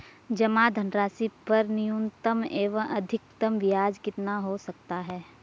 जमा धनराशि पर न्यूनतम एवं अधिकतम ब्याज कितना हो सकता है?